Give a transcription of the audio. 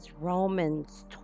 Romans